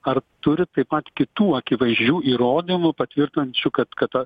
ar turi taip pat kitų akivaizdžių įrodymų patvirtinančių kad kad a